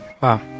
wow